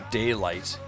daylight